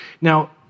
Now